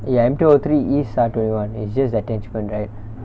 ya M two O three is S_A_R twenty one it's just the attachment right